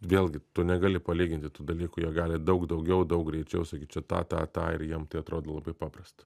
vėlgi tu negali palyginti tų dalykų jie gali daug daugiau daug greičiau sakyt čia tą tą tą ir jiem tai atrodo labai paprasta